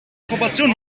proportionen